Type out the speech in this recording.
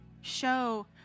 show